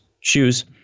shoes